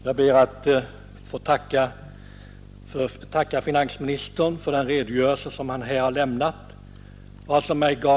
Herr talman! Jag ber att få tacka finansministern för den redogörelse som han här har lämnat.